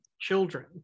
children